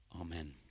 Amen